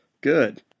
Good